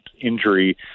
injury